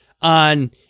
on